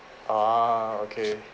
ah okay